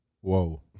whoa